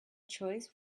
choice